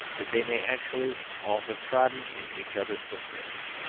that they may actually all have trodden in each other's footprints.